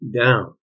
down